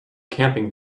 camping